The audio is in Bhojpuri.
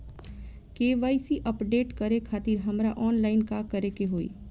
के.वाइ.सी अपडेट करे खातिर हमरा ऑनलाइन का करे के होई?